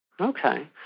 Okay